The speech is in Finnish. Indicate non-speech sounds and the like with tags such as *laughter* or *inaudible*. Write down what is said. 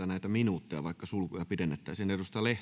*unintelligible* näitä minuutteja vaikka sulkuja pidennettäisiin